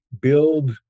build